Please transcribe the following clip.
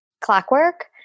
Clockwork